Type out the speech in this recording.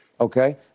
Okay